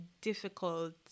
difficult